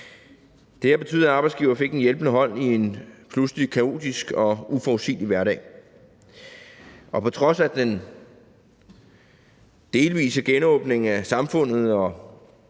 Det har betydet, at arbejdsgiverne fik en hjælpende hånd i en pludselig kaotisk og uforudsigelig hverdag, og på trods af den delvise genåbning af samfundet og